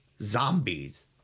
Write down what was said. zombies